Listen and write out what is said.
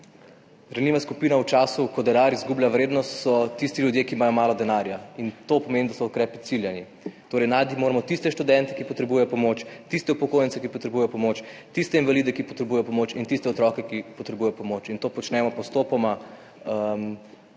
Ranljiva skupina v času, ko denar izgublja vrednost, so tisti ljudje, ki imajo malo denarja, in to pomeni, da so ukrepi ciljani. Torej najti moramo tiste študente, ki potrebujejo pomoč, tiste upokojence, ki potrebujejo pomoč, tiste invalide, ki potrebujejo pomoč, in tiste otroke, ki potrebujejo pomoč. To počnemo postopoma